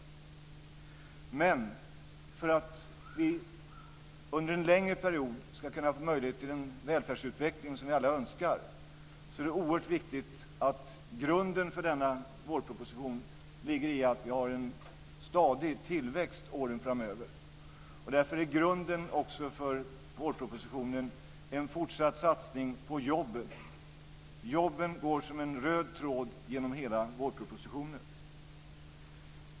Men för att vi under en längre period ska få möjlighet till en välfärdsutveckling som alla önskar är det oerhört viktigt att grunden för denna vårproposition ligger i att vi har en stadig tillväxt åren framöver. Därför är grunden för vårpropositionen en fortsatt satsning på jobben. Jobben går som en röd tråd genom hela vårpropositionen.